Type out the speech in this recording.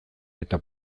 eta